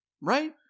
Right